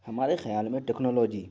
ہمارے خیال میں ٹیکنالوجی